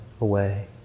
away